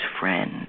friend